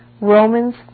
Romans